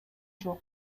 жок